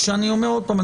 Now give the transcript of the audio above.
אני אומר עוד פעם,